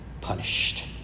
punished